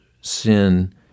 sin